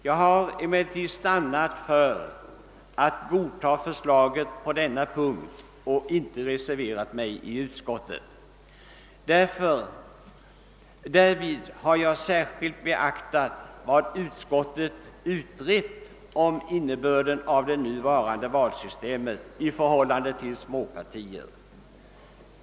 Jag har emellertid stannat för att godta förslaget på denna punkt och har inte reserverat mig i utskottet. Jag har därvid särskilt beaktat vad utskottet utrett om innebörden av det nuvarande valsystemet i förhållande till småpartier.